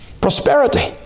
Prosperity